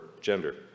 gender